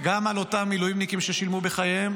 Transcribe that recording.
גם על אותם מילואימניקים ששילמו בחייהם